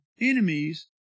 enemies